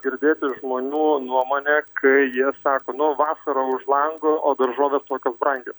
girdėti žmonių nuomonę kai jie sako nu vasara už lango o daržovės tokios brangios